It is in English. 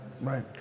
right